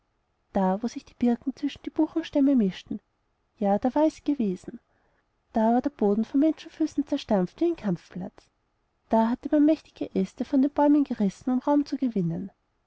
da wo sich die birken zwischen die buchenstämme mischten ja da war es gewesen da war der boden von menschenfüßen zerstampft wie ein kampfplatz da hatte man mächtige aeste von den bäumen gerissen um raum zu gewinnen